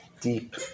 deep